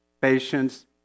patience